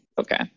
Okay